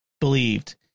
believed